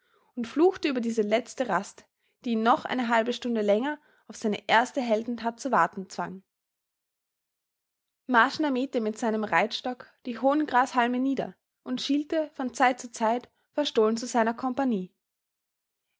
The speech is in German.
und fluchte über diese letzte rast die ihn noch eine halbe stunde länger auf seine erste heldentat zu warten zwang marschner mähte mit seinem reitstock die hohen grashalme nieder und schielte von zeit zu zeit verstohlen zu seiner kompagnie